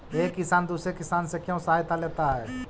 एक किसान दूसरे किसान से क्यों सहायता लेता है?